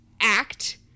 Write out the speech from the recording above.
act